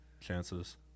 Chances